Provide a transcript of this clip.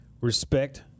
respect